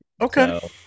okay